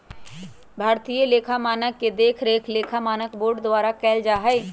भारतीय लेखा मानक के देखरेख लेखा मानक बोर्ड द्वारा कएल जाइ छइ